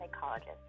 psychologist